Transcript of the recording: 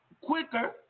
quicker